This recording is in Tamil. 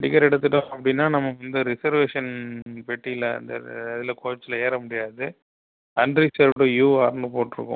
டிக்கெட் எடுத்துவிட்டோம் அப்படின்னா நம்ம வந்து ரிசெர்வேஷன் பெட்டியில் அந்த இதில் கோச்சில் ஏற முடியாது அன்ரிசெர்வ்டு யூஆர்னு போட்ருக்கும்